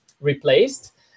replaced